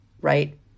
Right